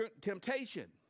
temptation